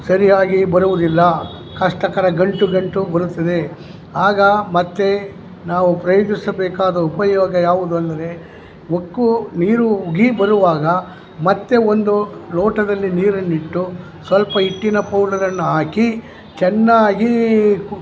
ಸರಿಯಾಗಿ ಬರುವುದಿಲ್ಲ ಕಷ್ಟಕರ ಗಂಟು ಗಂಟು ಬರುತ್ತದೆ ಆಗ ಮತ್ತೆ ನಾವು ಪ್ರಯೋಗಿಸಬೇಕಾದ ಉಪಯೋಗ ಯಾವುದು ಅಂದರೆ ಉಕ್ಕು ನೀರು ಉಗಿ ಬರುವಾಗ ಮತ್ತೆ ಒಂದು ಲೋಟದಲ್ಲಿ ನೀರನ್ನಿಟ್ಟು ಸ್ವಲ್ಪ ಹಿಟ್ಟಿನ ಪೌಡರನ್ನು ಹಾಕಿ ಚೆನ್ನಾಗಿ